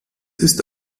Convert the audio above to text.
ist